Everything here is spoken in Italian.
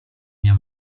mia